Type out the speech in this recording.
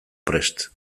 prest